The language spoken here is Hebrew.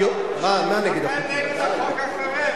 מאה אחוז.